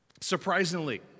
Surprisingly